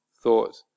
thought